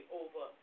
over